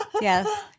Yes